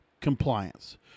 Compliance